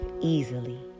easily